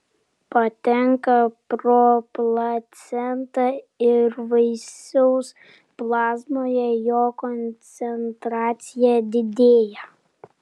patenka pro placentą ir vaisiaus plazmoje jo koncentracija didėja